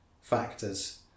factors